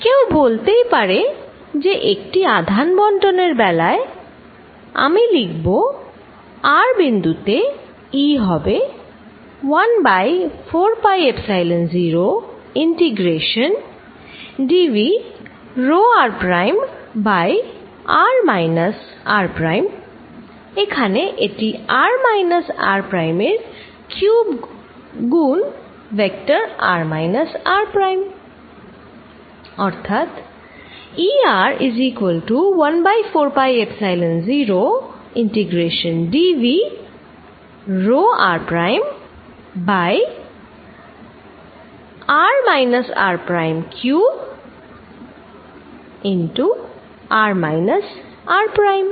কেউ বলতেই পারে যে একটি আধান বন্টনের বেলায় আমি লিখবো r বিন্দুতে E হবে 1 by 4 pi epsilon 0 integration dv rho r prime by r minus r prime এখানে এটি r মাইনাস r প্রাইম এর কিউব গুন vector r minus r prime